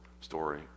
story